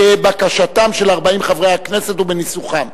כבקשתם של 40 חברי הכנסת ובניסוחם.